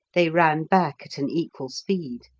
they ran back at an equal speed.